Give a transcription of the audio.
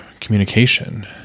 communication